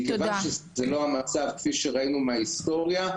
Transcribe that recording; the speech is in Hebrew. מכיוון שזה לא המצב כפי שראינו מההיסטוריה,